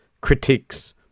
critiques